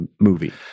movie